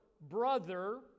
brother